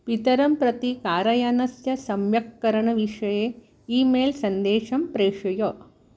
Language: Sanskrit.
पितरं प्रति कारयानस्य सम्यक्करणविषये ई मेल् सन्देशं प्रेषय